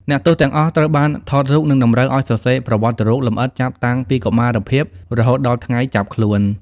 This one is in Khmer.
អ្នកទោសទាំងអស់ត្រូវបានថតរូប និងតម្រូវឱ្យសរសេរប្រវត្តិរូបលម្អិតចាប់តាំងពីកុមារភាពរហូតដល់ថ្ងៃចាប់ខ្លួន។